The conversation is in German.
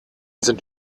sind